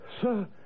Sir